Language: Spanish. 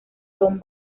don